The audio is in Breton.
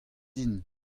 din